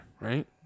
right